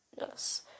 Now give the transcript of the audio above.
yes